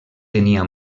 tenia